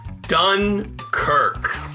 Dunkirk